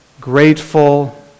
grateful